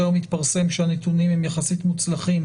שהיום התפרסם שהנתונים הם יחסית מוצלחים,